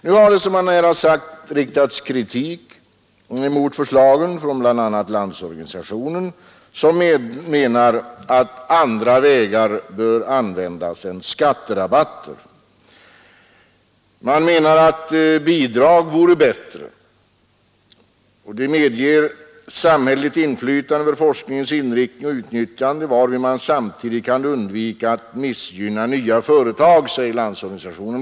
Kritik har riktats mot förslaget från bl.a. LO, som menar att andra vägar bör användas än skatterabatter. LO anser att ett bidrag vore bättre. Det skulle medge samhälleligt inflytande över forskningens inriktning och utnyttjande, varvid man samtidigt kunde undvika att missgynna nya företag, säger LO bl.a.